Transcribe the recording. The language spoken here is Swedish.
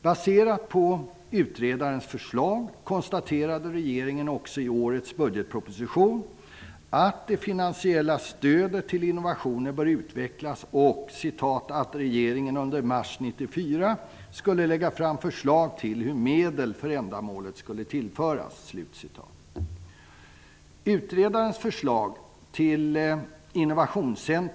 Regeringen konstaterade, på basis av utredarens förslag, i årets budgetproposition att det finansiella stödet till innovationer bör utvecklas. Regeringen skulle under mars 1994 lägga fram förslag till hur medel till ändamålet skulle tillföras.